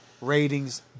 Ratings